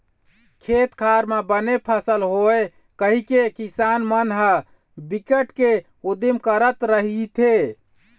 खेत खार म बने फसल होवय कहिके किसान मन ह बिकट के उदिम करत रहिथे